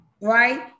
right